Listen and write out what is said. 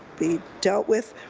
be dealt with.